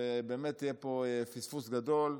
ובאמת יהיה פה פספוס גדול.